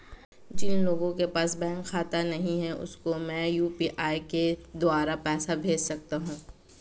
जिन लोगों के पास बैंक खाता नहीं है उसको मैं यू.पी.आई के द्वारा पैसे भेज सकता हूं?